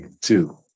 two